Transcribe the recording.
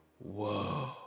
whoa